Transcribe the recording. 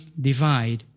divide